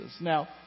Now